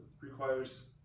requires